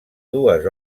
dues